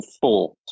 four